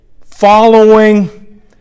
following